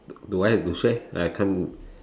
do I have to say I can't